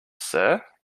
sir